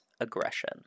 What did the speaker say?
aggression